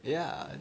yeah